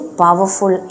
powerful